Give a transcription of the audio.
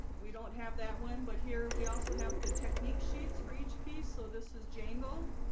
we don't have that one. but here we also have the technique sheets for each piece. so this is jangle